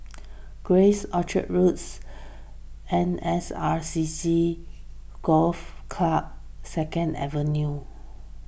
Grace Orchard Roads N S R C C Golf Club Second Avenue